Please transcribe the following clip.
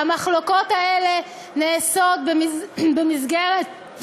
המחלוקות האלה נעשות במסגרת,